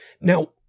now